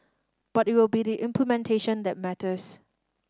but it will be the implementation that matters